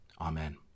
Amen